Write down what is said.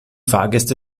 fahrgäste